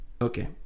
Okay